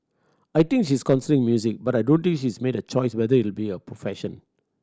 I think she's considering music but I don't think she's made a choice whether it will be her profession